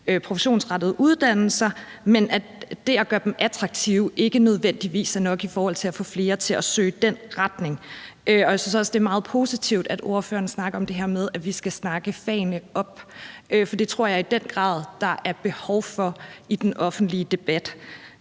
professionsrettede uddannelser, og at det at gøre dem attraktive ikke nødvendigvis er nok i forhold til at få flere til at søge i den retning. Jeg synes også, det er meget positivt, at ordføreren snakker om det her med, at vi skal snakke fagene op, for det tror jeg i den grad der er behov for i den offentlige debat.